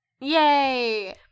yay